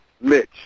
Mitch